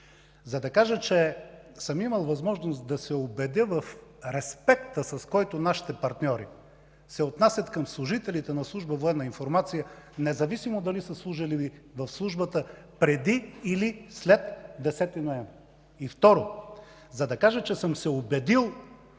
за да кажа, че съм имал възможност да се убедя в респекта, с който нашите партньори се отнасят към служителите на Служба „Военна информация”, независимо дали са служили в службата преди или след 10 ноември. Второ, за да кажа, че съм се убедил